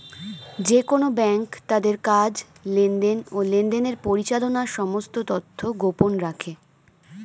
যেকোন ব্যাঙ্ক তাদের কাজ, লেনদেন, ও লেনদেনের পরিচালনার সমস্ত তথ্য গোপন রাখে